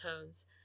tones